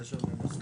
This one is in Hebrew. ויש על זה הסכמה,